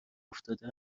افتاده